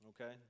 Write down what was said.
Okay